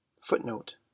Footnote